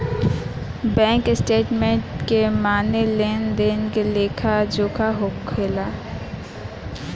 bank statement के माने लेन देन के लेखा जोखा होखेला